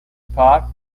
pot